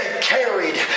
carried